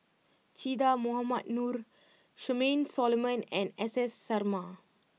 Che Dah Mohamed Noor Charmaine Solomon and S S Sarma